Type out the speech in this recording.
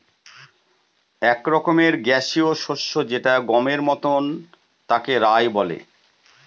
এক রকমের গ্যাসীয় শস্য যেটা গমের মতন তাকে রায় বলে